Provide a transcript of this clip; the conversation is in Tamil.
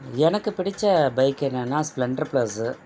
எனக்குப் பிடிச்ச பைக் என்னான்னா ஸ்ப்ளெண்ட்ரு ப்ளஸ்ஸு